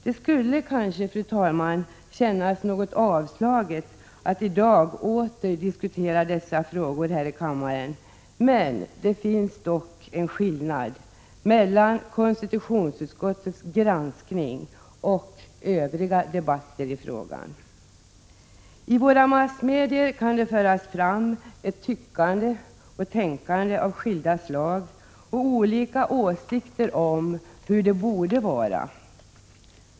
Det skulle kunna kännas något avslaget att i dag åter diskutera dessa frågor här i kammaren, men det finns dock en skillnad mellan konstitutionsutskottets granskning och övriga debatter i sammanhanget. I våra massmedier kan det föras fram ett tyckande och tänkande av skilda slag och olika åsikter om hur det borde vara.